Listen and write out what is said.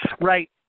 Right